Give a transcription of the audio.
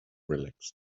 relaxed